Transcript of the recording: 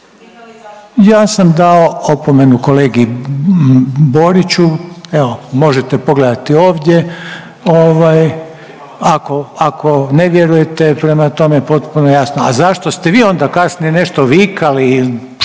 Ja sam dao opomenu kolegi Boriću, evo, možete pogledati ovdje, ako, ako ne vjerujete, prema tome, potpuno jasno, a zašto ste vi onda kasnije nešto vikali, šta ja znam